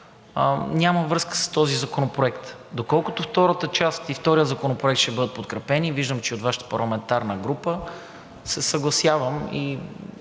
няма връзка с този законопроект. Доколкото втората част и вторият законопроект ще бъдат подкрепени, виждам, че и от Вашата парламентарна група се съгласява и